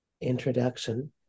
introduction